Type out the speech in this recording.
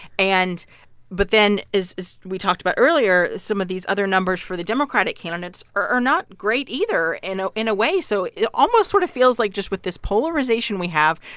and but then as we talked about earlier, some of these other numbers for the democratic candidates are not great either in ah in a way. so it almost sort of feels like just with this polarization we have,